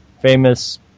famous